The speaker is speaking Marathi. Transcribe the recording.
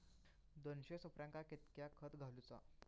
दोनशे सुपार्यांका कितक्या खत घालूचा?